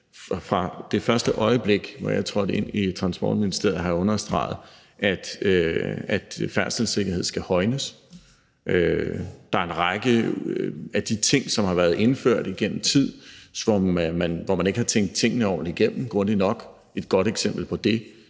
Fra det første øjeblik jeg trådte ind i Transportministeriet, har jeg understreget, at færdselssikkerheden skal højnes. Der er en række af de ting, som har været indført igennem tiden, som man ikke har tænkt ordentligt igennem, grundigt nok. Et godt eksempel på det